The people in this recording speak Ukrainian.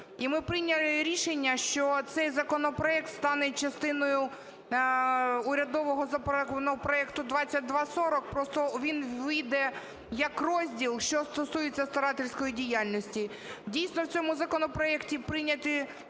І ми прийняли рішення, що цей законопроект стане частиною урядового законопроекту 2240, просто він увійде як розділ, що стосується старательської діяльності. Дійсно, в цьому законопроекті підняті